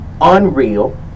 unreal